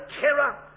terror